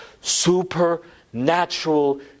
supernatural